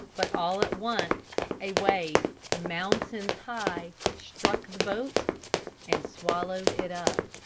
but all at once a wave, mountains high, struck the boat and swallowed it up.